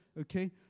okay